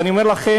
ואני אומר לכם,